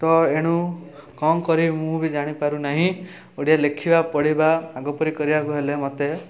ତ ଏଣୁ କ'ଣ କରିବି ମୁଁ ବି ଜାଣିପାରୁନାହିଁ ଓଡ଼ିଆ ଲେଖିବା ପଢ଼ିବା ଆଗପରି କରିବାକୁ ହେଲେ ମୋତେ